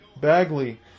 Bagley